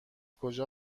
کجا